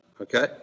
Okay